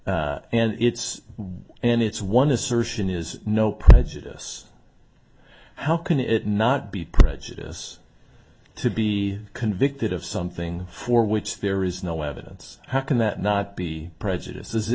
e and it's and it's one assertion is no prejudice how can it not be prejudiced to be convicted of something for which there is no evidence how can that not be prejudice is it